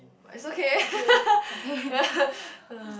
but is okay